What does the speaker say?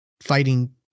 fighting